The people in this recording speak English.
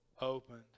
opened